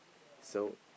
so